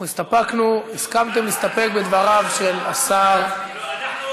אנחנו הסתפקנו, הסכמתם להסתפק בדבריו של השר, לא.